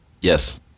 Yes